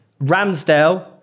Ramsdale